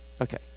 Okay